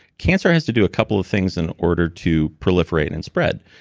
cancer has to do a couple of things in order to proliferate and spread.